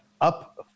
up